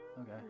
Okay